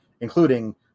including